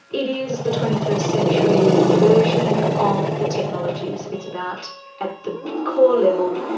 it is the twenty first century version of the technologies. it's about at the core level,